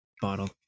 bottle